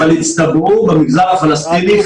אבל הצטברו במגזר הפלסטיני,